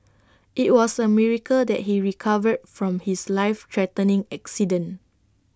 IT was A miracle that he recovered from his life threatening accident